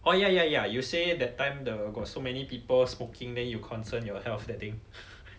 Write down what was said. oh ya ya ya you say that time the got so many people smoking then you concern your health that thing